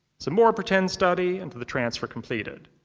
some more pretend study until the transfer completed.